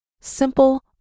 simple